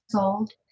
old